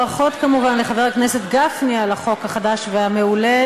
ברכות כמובן לחבר הכנסת גפני על החוק החדש והמעולה,